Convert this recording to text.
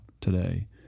today